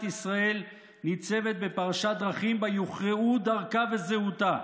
ישראל ניצבת בפרשת דרכים שבה יוכרעו דרכה וזהותה.